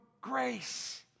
grace